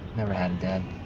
never had a dad.